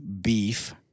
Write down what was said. beef